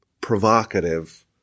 provocative